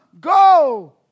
go